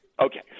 Okay